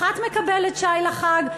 אחת מקבלת שי לחג,